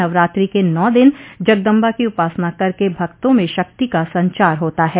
नवरात्रि के नौ दिन जगदम्बा की उपासना करके भक्तों में शक्ति का संचार होता है